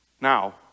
Now